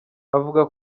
avuga